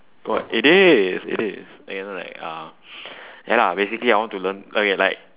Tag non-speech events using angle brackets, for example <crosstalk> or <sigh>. it is it is you know like uh <breath> ya lah basically I want to learn okay like